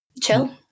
chill